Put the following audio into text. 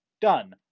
Done